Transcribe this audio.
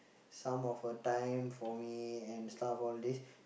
some of her time for me and stuff all these